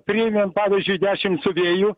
priėmėm pavyzdžiui dešimt siuvėjų